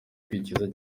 kwikiza